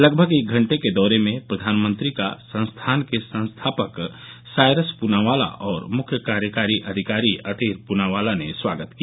लगभग एक घंटे के दौरे में प्रधानमंत्री का संस्थान के संस्थापक सायरस पुनावाला और मुख्य कार्यकारी अधिकारी अतेर पुनावाला ने स्वागत किया